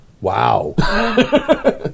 Wow